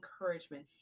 encouragement